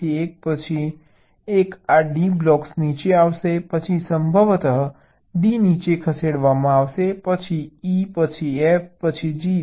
તેથી એક પછી એક આ D બ્લોક્સ નીચે આવશે પછી સંભવતઃ D નીચે ખસેડવામાં આવશે પછી E પછી F પછી G